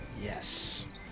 Yes